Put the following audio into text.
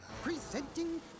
Presenting